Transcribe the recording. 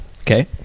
Okay